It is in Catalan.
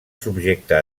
subjecta